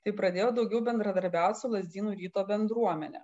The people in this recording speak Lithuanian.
tai pradėjau daugiau bendradarbiauti su lazdynų ryto bendruomene